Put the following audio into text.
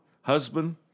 husband